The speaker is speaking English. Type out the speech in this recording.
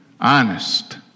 honest